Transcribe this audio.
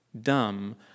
dumb